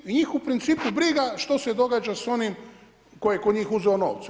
I njih u principu briga što se događa sa onim tko je kod njih uzeo novce.